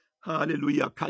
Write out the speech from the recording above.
hallelujah